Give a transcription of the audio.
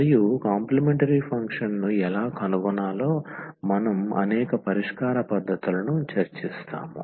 మరియు complementary function ను ఎలా కనుగొనాలో మనం అనేక పరిష్కార పద్ధతులను చర్చిస్తాము